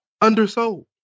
undersold